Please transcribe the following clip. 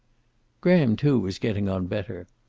graham, too, was getting on better.